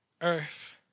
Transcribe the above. earth